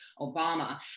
Obama